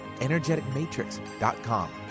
EnergeticMatrix.com